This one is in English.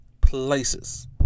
places